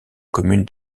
commune